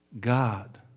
god